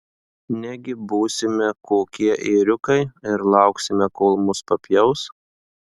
negi būsime kokie ėriukai ir lauksime kol mus papjaus